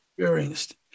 Experienced